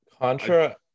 Contra